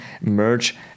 merge